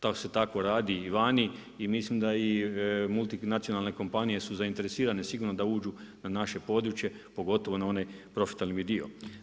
To se tako radi i vani i mislim da i multinacionalne kompanije su zainteresirane sigurno da uđu na naše područje pogotovo na onaj profitabilan dio.